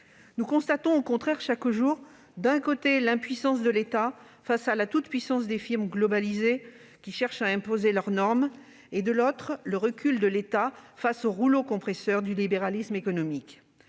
nous constatons chaque jour, d'un côté, l'impuissance de l'État face à la toute-puissance des firmes globalisées qui cherchent à imposer leurs normes et, de l'autre, le recul de l'État face au rouleau compresseur du libéralisme économique.